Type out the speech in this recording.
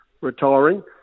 retiring